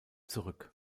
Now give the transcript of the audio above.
zurück